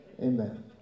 Amen